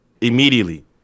Immediately